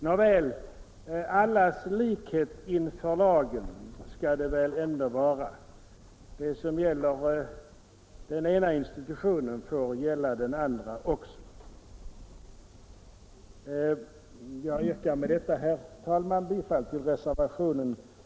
Nåväl, allas likhet inför lagen skall väl ändå gälla? Det som gäller för den ena institutionen får också gälla för den andra. Jag yrkar med detta, herr talman, bifall till reservationen på denna punkt.